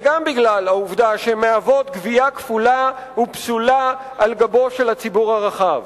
וגם בגלל העובדה שהן מהוות פגיעה כפולה ופסולה על גבו של הציבור הרחב.